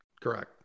Correct